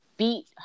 Beat